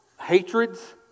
hatreds